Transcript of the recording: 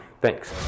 thanks